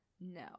No